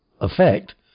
effect